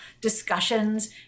discussions